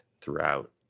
throughout